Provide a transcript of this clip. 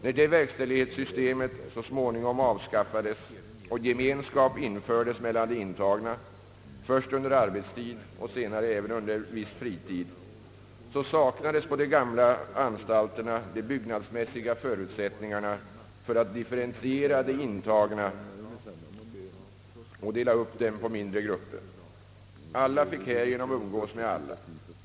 När detta verkställighetssystem så småningom avskaffades och gemenskap infördes mellan de intagna, först under arbetstid och senare även under viss fritid, saknades på de gamla anstalterna de byggnadsmässiga förutsättningarna för att differentiera de intagna och dela upp dem på mindre grupper. Alla fick därför umgås med alla.